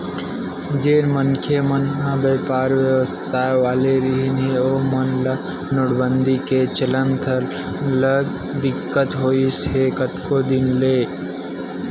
जेन मनखे मन ह बइपार बेवसाय वाले रिहिन हे ओमन ल नोटबंदी के चलत सरलग दिक्कत होइस हे कतको दिन ले